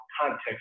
context